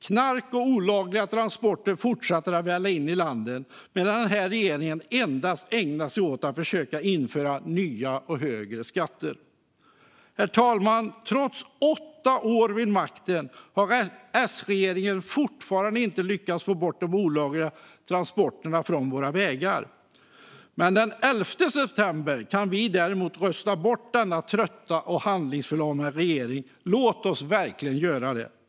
Knark och olagliga transporter fortsätter att välla in i landet medan den här regeringen endast ägnar sig åt att försöka införa nya och högre skatter. Trots åtta år vid makten har S-regeringen fortfarande inte lyckats få bort de olagliga transporterna från våra vägar. Herr talman! Den 11 september kan vi rösta bort denna trötta och handlingsförlamade regering. Låt oss verkligen göra det!